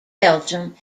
belgium